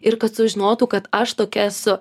ir kad sužinotų kad aš tokia esu